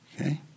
okay